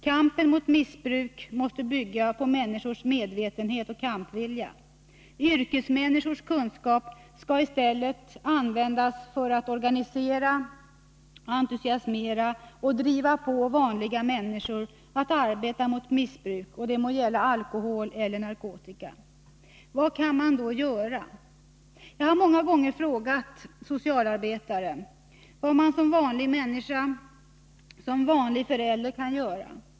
Kampen mot missbruk måste bygga på människors medvetenhet och kampvilja. Yrkesmänniskors kunskap skall i stället användas för att organisera, entusiasmera och driva på vanliga människor att arbeta mot missbruk — det må gälla alkohol eller narkotika. Vad kan man då göra? Jag har många gånger frågat skolmänniskor och socialarbetare vad man som vanlig människa, vanlig förälder, kan göra.